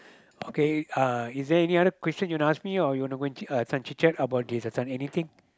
okay uh is there any other question you wanna ask me or you wanna uh this one go chit-chat about this one anything